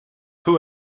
who